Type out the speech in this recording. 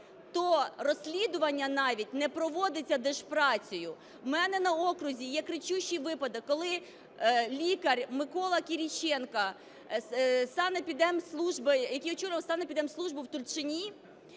то розслідування навіть не проводиться Держпрацею. В мене на окрузі є кричущий випадок, коли лікар Микола Кіріченко, який очолював санепідемслужбу в Тульчині,